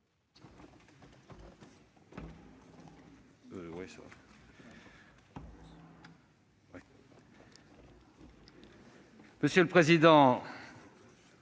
Monsieur le président,